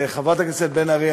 חברת הכנסת בן ארי,